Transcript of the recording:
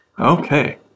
Okay